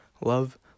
Love